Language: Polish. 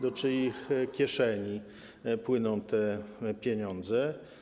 Do czyich kieszeni płyną te pieniądze?